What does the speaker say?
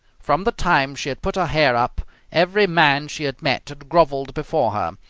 from the time she had put her hair up every man she had met had grovelled before her,